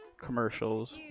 Commercials